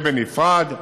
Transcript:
בנפרד.